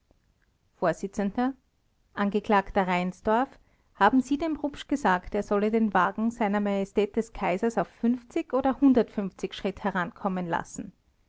vors angeklagter reinsdorf haben sie dem rupsch gesagt er solle den wagen sr majestät des kaisers auf oder schritt herankommen lassen